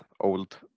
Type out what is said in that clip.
old